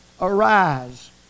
arise